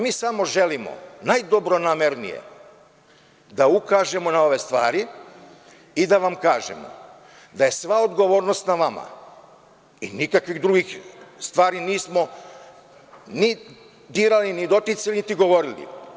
Mi samo želimo najdobronamernije da ukažemo na ove stvari i da vam kažemo da je sva odgovornost na vama i nikakve druge stvari nismo ni dirali, ni doticali, niti govorili.